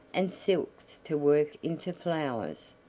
and silks to work into flowers.